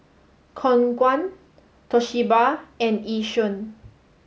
Khong Guan Toshiba and Yishion